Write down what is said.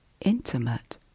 Intimate